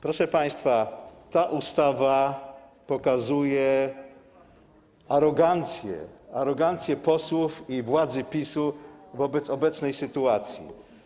Proszę państwa, ta ustawa pokazuje arogancję - arogancję posłów i władzy PiS-u wobec obecnej sytuacji.